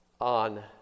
on